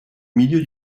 milieu